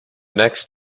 next